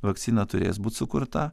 vakcina turės būt sukurta